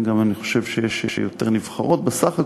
אני גם חושב שיש יותר נבחרות בסך הכול,